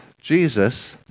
Jesus